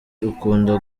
ukunda